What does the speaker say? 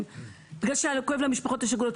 בגלל שכואב למשפחות השכולות.